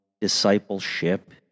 discipleship